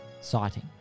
Sighting